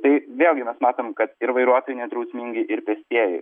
tai vėlgi mes matom kad ir vairuotojai nedrausmingi ir pėstieji